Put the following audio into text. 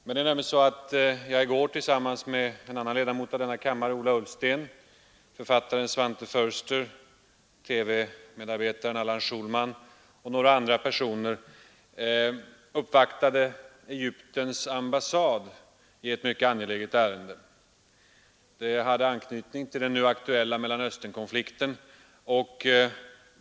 I går var jag tillsammans med en annan ledamot av denna kammare, Ola Ullsten, författaren Svante Foerster, TV-medarbetaren Allan Schulman och några andra personer och uppvaktade Egyptens ambassad i ett mycket angeläget ärende med anknytning till den nu aktuella Mellanösternkonflikten.